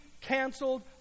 canceled